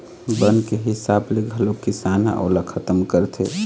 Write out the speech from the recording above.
बन के हिसाब ले घलोक किसान ह ओला खतम करथे